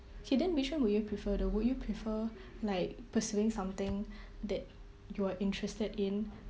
kay then which one will you prefer though will you prefer like pursuing something that you are interested in